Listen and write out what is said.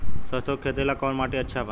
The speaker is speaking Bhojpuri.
सरसों के खेती ला कवन माटी अच्छा बा?